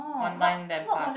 one time then pass